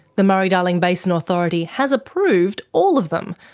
the murray-darling basin authority has approved all of them,